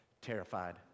terrified